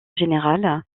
générale